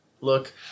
look